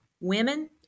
women